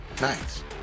Nice